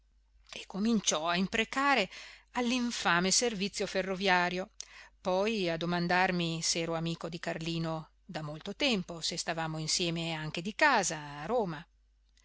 e cominciò a imprecare all'infame servizio ferroviario poi a domandarmi se ero amico di carlino da molto tempo se stavamo insieme anche di casa a roma